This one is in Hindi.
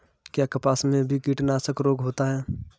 क्या कपास में भी कीटनाशक रोग होता है?